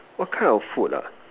what kind of food ah